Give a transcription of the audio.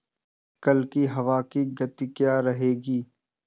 कल की हवा की गति क्या रहेगी?